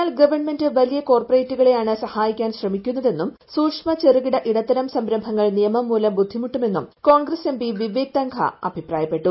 എന്നാൽ ഗവൺമെന്റ് വലിയ കോർപറേറ്റുകളെ ആണ് സഹായിക്കാൻ ശ്രമിക്കുന്നതെന്നും സൂക്ഷ്മ ചെറുകിട ഇടത്തരം സംരംഭങ്ങൾ നിയമംമൂലം ബുദ്ധിമുട്ടും എന്നും കോൺഗ്രസ് എംപി വിവേക് തൻങ്ങാ അഭിപ്രായപ്പെട്ടു